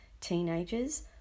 teenagers